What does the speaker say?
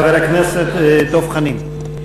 חבר הכנסת דב חנין.